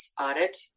audit